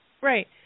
Right